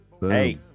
Hey